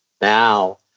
Now